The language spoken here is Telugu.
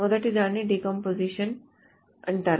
మొదటిదాన్ని డీకంపోజిషన్ అంటారు